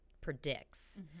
predicts